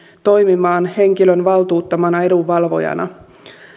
toimimaan henkilön valtuuttamana edunvalvojana